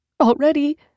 Already